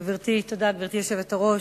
גברתי היושבת-ראש,